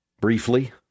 Briefly